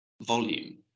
volume